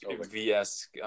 VS